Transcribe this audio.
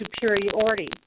superiority